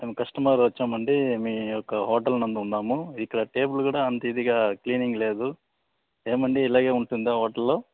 మేము కస్టమర్ వచ్చామండి మీ యొక్క హోటల్ నందు ఉన్నాము ఇక్కడ టేబుల్ కూడా అంత ఇదిగా క్లీనింగ్ లేదు ఏమండీ ఇలాగే ఉంటుందా హోటల్లో